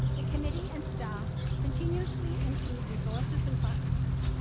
the committee and staff continuously improve resources and practices.